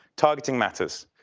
targeting matters.